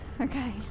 Okay